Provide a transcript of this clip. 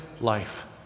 life